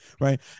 right